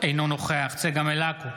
אינו נוכח צגה מלקו,